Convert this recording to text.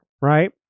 right